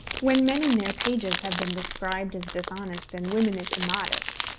when men in their pages have been described as dishonest and women as immodest,